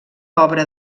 obra